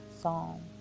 psalm